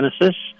Genesis